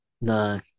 no